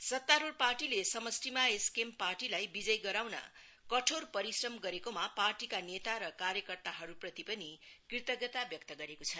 सत्तारूढ़ पार्टीले समष्टिमा एसकेएम पार्टीलाई विजय गराउन कठोर परिश्रम गरेकोमा पार्टीका नेता र कार्यकर्ताहरूप्रति पनि कृतज्ञता व्यक्त गरेको छ